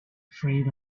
afraid